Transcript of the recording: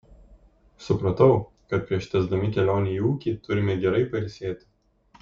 supratau kad prieš tęsdami kelionę į ūkį turime gerai pailsėti